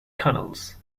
canals